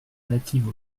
relatives